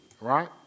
right